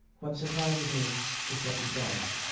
what surprises me is that you don't.